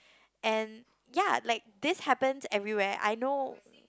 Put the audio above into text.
and ya like this happened every where I know